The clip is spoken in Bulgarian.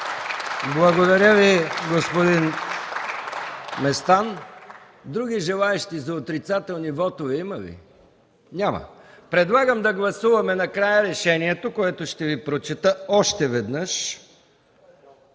Благодаря Ви, господин Местан. Други желаещи за отрицателни вотове има ли? Няма. Предлагам да гласуваме накрая решението, което ще Ви прочета още веднъж